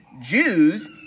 Jews